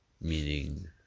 Meaning